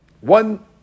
one